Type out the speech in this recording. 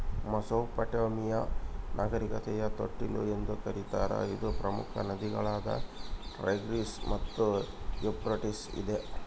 Mesopotamia ನಾಗರಿಕತೆಯ ತೊಟ್ಟಿಲು ಎಂದು ಕರೀತಾರ ಇದು ಪ್ರಮುಖ ನದಿಗಳಾದ ಟೈಗ್ರಿಸ್ ಮತ್ತು ಯೂಫ್ರಟಿಸ್ ಇದೆ